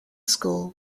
school